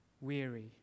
weary